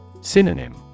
Synonym